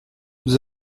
nous